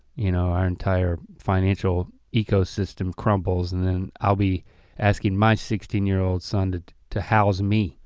you know our entire financial ecosystem crumbles and then i'll be asking my sixteen year old son to house me.